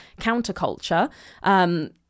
counterculture